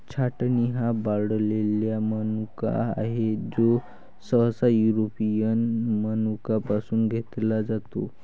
छाटणी हा वाळलेला मनुका आहे, जो सहसा युरोपियन मनुका पासून घेतला जातो